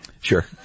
Sure